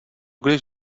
když